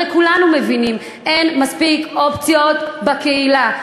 הרי כולנו מבינים שאין מספיק אופציות בקהילה,